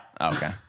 Okay